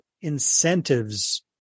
incentives